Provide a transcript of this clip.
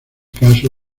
caso